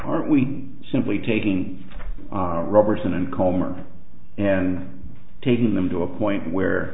aren't we simply taking roberson and calmer and taking them to a point where